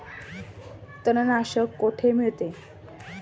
तणनाशक कुठे मिळते?